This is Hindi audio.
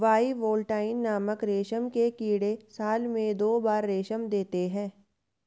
बाइवोल्टाइन नामक रेशम के कीड़े साल में दो बार रेशम देते है